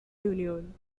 union